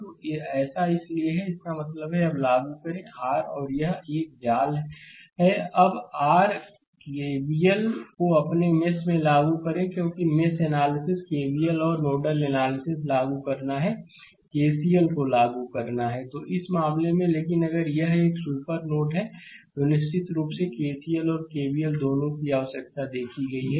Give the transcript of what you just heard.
तो यह ऐसा है इसका मतलब है अब लागू करें r यह आर 1 जाल है अब आर केवीएल को अपने मेष में लागू करें क्योंकि मेष एनालिसिस केवीएल और नोडल एनालिसिस लागू करना है केसीएल को लागू करना है Refer Slide Time 0512 तो इस मामले में लेकिन अगर यह एक सुपर नोडहै तो निश्चित रूप से केसीएल और केवीएल दोनों की आवश्यकता देखी गई है